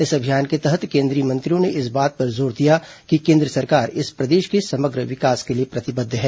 इस अभियान के तहत केन्द्रीय मंत्रियों ने इस बात पर जोर दिया कि केन्द्र सरकार इस प्रदेश के समग्र विकास के लिए प्रतिबद्ध है